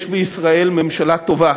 יש בישראל ממשלה טובה,